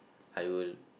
I will